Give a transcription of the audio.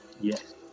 Yes